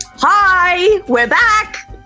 hi, we're back.